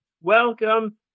welcome